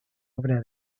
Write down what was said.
obra